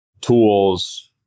tools